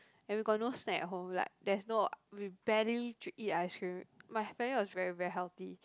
and we got no snack at home we like there's no we barely d~ eat ice cream my family was very very healthy